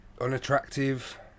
unattractive